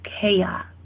chaos